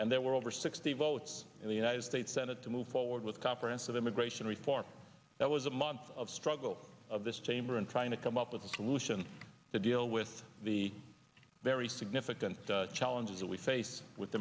and there were over sixty votes in the united states senate to move forward with comprehensive immigration reform that was a month of struggle of this chamber and trying to come up with a solution to deal with the very significant challenges that we face with